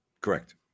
Correct